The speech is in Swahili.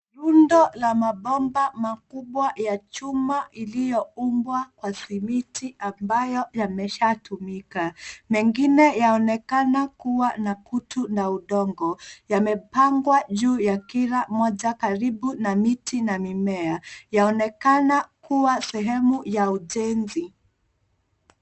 Rundo la mabomba makubwa ya chuma iliyoumbwa kwa simiti ambayo yameshatumika. Mengine yaonekana kuwa na kutu na udongo yamepangwa juu ya kila moja karibu na miti na mimea. Yaonekana kuwa sehemu ya ujenzi.